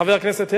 חבר הכנסת הרצוג,